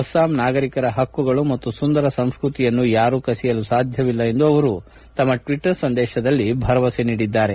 ಅಸ್ಲಾಂ ನಾಗರಿಕರ ಪಕ್ಕುಗಳು ಮತ್ತು ಸುಂದರ ಸಂಸ್ಚತಿಯನ್ನು ಯಾರೂ ಕಸಿಯಲು ಸಾಧ್ಯವಿಲ್ಲ ಎಂದು ಅವರು ತಮ್ಮ ಟ್ವಿಟ್ಟರ್ ಸಂದೇತದಲ್ಲಿ ಭರವಸೆ ನೀಡಿದ್ದಾರೆ